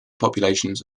populations